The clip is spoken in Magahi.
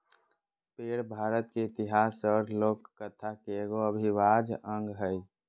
पेड़ भारत के इतिहास और लोक कथा के एगो अविभाज्य अंग हइ